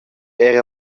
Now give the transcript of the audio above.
era